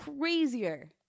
crazier